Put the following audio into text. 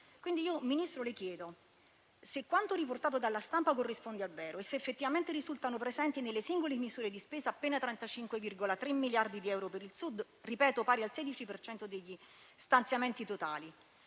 Quindi, signor Ministro, le chiedo se quanto riportato dalla stampa corrisponde al vero, se effettivamente risultano presenti nelle singole misure di spesa appena 35,3 miliardi di euro per il Sud, che ripeto sono pari al 16 per cento degli stanziamenti totali,